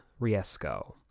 Riesco